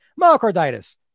myocarditis